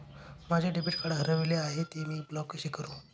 माझे debit card हरविले आहे, ते मी ब्लॉक कसे करु?